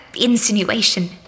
insinuation